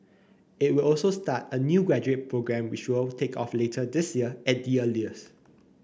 it will also start a new graduate programme which will take off later this year at the earliest